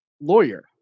lawyer